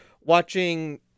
watching